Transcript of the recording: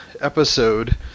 episode